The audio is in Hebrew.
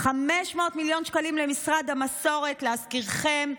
500 מיליון שקלים למשרד המסורת, להזכירכם,